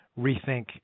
rethink